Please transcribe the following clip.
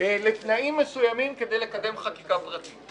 לתנאים מסוימים כדי לקדם חקיקה פרטית;